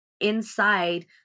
inside